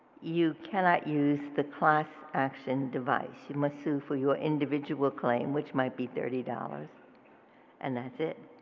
you cannot use the class action device you must sue for your individual claim which might be thirty dollars and that's it.